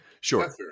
Sure